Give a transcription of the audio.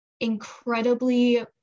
incredibly